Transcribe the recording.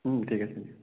ঠিক আছে দিয়ক